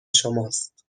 شماست